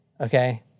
okay